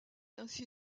ainsi